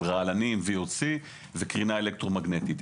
רעלנים וקרינה אלקטרו מגנטית.